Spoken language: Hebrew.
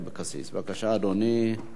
שלוש דקות לרשותך.